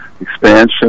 expansion